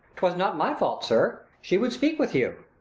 twas not my fault, sir she would speak with you.